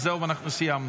זהו, אנחנו סיימנו.